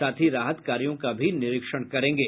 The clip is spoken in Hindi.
साथ ही राहत कार्यों का भी निरीक्षण करेंगे